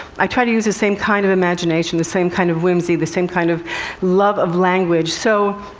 i try to use the same kind of imagination, the same kind of whimsy, the same kind of love of language. so,